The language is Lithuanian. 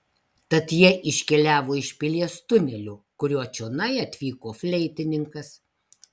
tad jie iškeliavo iš pilies tuneliu kuriuo čionai atvyko fleitininkas